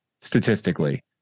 Statistically